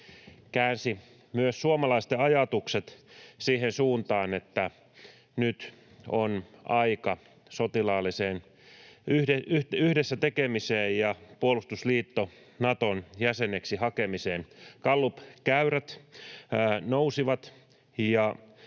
käänsi myös suomalaisten ajatukset siihen suuntaan, että nyt on aika sotilaalliseen yhdessä tekemiseen ja puolustusliitto Naton jäseneksi hakemiseen. Gallup-käyrät nousivat,